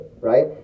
right